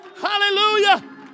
Hallelujah